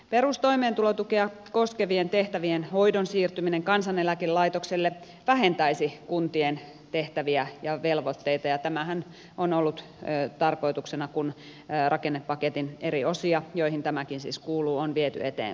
perustoimeentulotukea koskevien tehtävien hoidon siirtyminen kansaneläkelaitokselle vähentäisi kuntien tehtäviä ja velvoitteita ja tämähän on ollut tarkoituksena kun rakennepaketin eri osia joihin tämäkin siis kuuluu on viety eteenpäin